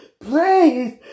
Please